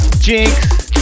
Jinx